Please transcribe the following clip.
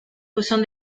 buzón